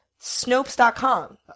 Snopes.com